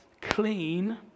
clean